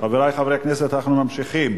חברי חברי הכנסת, אנחנו ממשיכים.